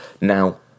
Now